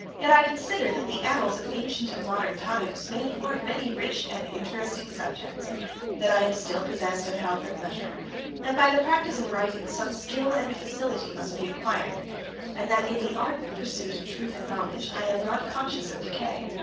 yet i consider that the annals of ancient and modern times may afford many rich and interesting subjects that i am still possessed of health and leisure that by the practice of writing, some skill and facility must be acquired and that, in the ardent pursuit of truth and knowledge, i am not conscious of decay.